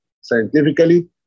scientifically